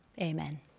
amen